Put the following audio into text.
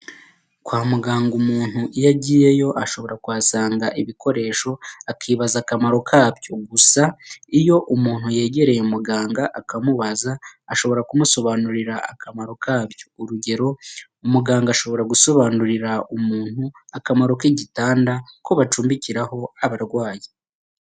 Kwa muganga umuntu iyo agiyeyo ashobora kuhasanga ibikoresho akibaza akamaro kabyo, gusa iyo umuntu yegereye muganga akamubaza ashobora kumusobanurira akamaro kabyo, urugero umuganga ashobora gusobanurira umuntu akamaro k'igitanda ko bacumbikiraho abarwayi.